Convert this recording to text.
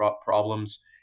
problems